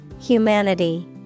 Humanity